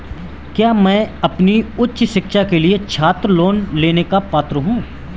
क्या मैं अपनी उच्च शिक्षा के लिए छात्र लोन लेने का पात्र हूँ?